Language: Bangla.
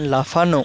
লাফানো